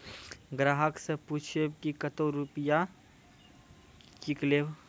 ग्राहक से पूछब की कतो रुपिया किकलेब?